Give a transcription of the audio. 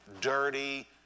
dirty